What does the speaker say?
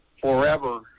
forever